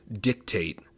dictate